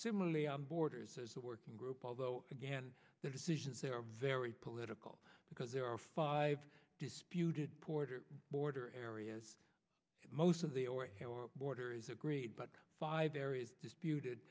similarly on borders as a working group although again the decisions there are very political because there are five disputed puerto border areas most of the border is agreed but five areas disputed